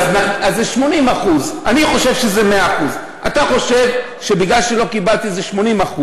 אז זה 80%. אני חושב שזה 100%. אתה חושב שבגלל שלא קיבלתי זה 80%,